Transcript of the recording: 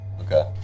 Okay